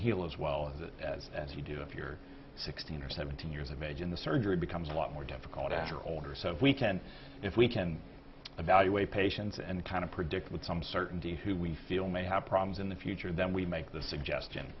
heal as well as as you do if you're sixteen or seventeen years of age in the surgery becomes a lot more difficult after older so we can if we can evaluate patients and kind of predict with some certainty who we feel may have problems in the future then we make the suggestion